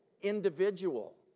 individual